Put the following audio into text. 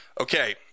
Okay